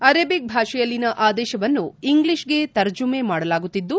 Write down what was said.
Arabic ಭಾಷೆಯಲ್ಲಿನ ಆದೇಶವನ್ನು ಇಂಗ್ಲಿಷ್ಗೆ ತರ್ಜುಮೆ ಮಾಡಲಾಗುತ್ತಿದ್ದು